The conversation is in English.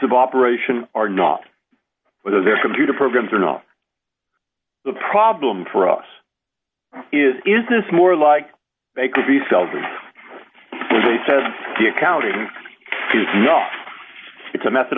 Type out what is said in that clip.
of operation are not whether their computer programs are not the problem for us is is this more like they could be salvaged if they said the accounting is it's a method